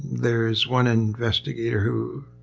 there is one investigator who